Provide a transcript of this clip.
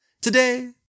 Today